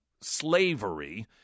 slavery